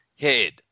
head